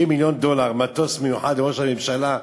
מיליון דולר מטוס מיוחד לראש הממשלה,